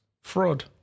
Fraud